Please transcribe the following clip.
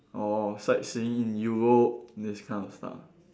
or sightseeing in Europe these kind of stuff